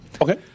Okay